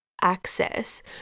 access